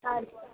star